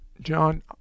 John